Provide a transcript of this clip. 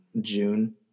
June